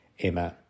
Amen